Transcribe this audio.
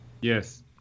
Yes